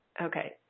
okay